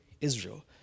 Israel